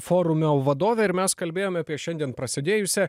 forumo vadovė ir mes kalbėjome apie šiandien prasidėjusią